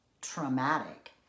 traumatic